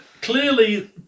clearly